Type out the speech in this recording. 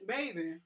Baby